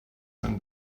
and